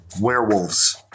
werewolves